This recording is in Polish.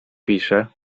pisze